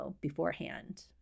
beforehand